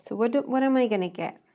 so what what am i going to get?